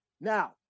Now